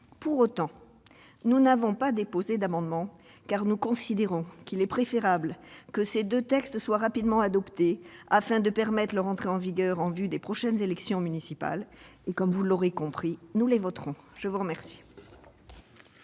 Pour autant, nous n'avons pas déposé d'amendements, car nous considérons qu'il est préférable que ces deux textes soient rapidement adoptés, afin de permettre leur entrée en vigueur en vue des prochaines élections municipales. Vous l'aurez compris, nous les voterons. La parole